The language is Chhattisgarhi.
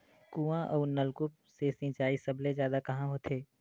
कुआं अउ नलकूप से सिंचाई सबले जादा कहां होथे?